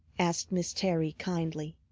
asked miss terry kindly.